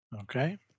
Okay